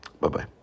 Bye-bye